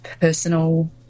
personal